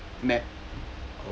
okay